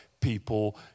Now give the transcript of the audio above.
people